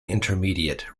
intermediate